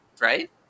right